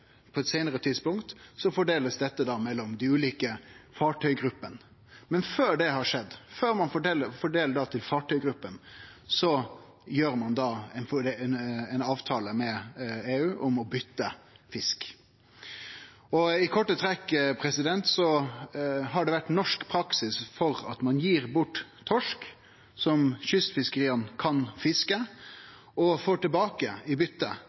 på eit seinare tidspunkt, blir dette fordelt mellom dei ulike fartøygruppene. Men før det skjer, før ein fordeler til fartøygruppene, gjer ein ei avtale med EU om byte av fisk. I korte trekk har det vore norsk praksis å gi bort torsk, som kystfiskarane kan fiske, og få i